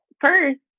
first